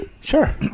Sure